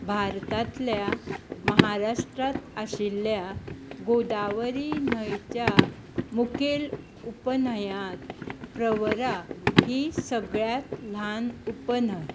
भारतांतल्या महाराष्ट्रांत आशिल्ल्या गोदावरी न्हंयच्या मुखेल उपन्हंयांत प्रवरा ही सगळ्यांत ल्हान उप न्हंय